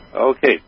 Okay